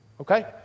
okay